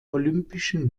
olympischen